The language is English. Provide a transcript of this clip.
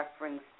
reference